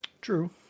true